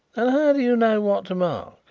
and how do you know what to mark?